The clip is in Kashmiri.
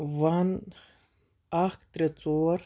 وَن اکھ ترے ژور